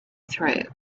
through